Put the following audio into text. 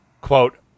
Quote